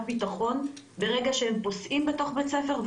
ביטחון ברגע שהם פוסעים בתוך בית ספר,